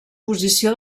posició